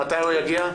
שמתי הוא יגיע?